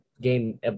game